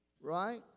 Right